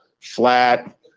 flat